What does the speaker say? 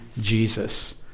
Jesus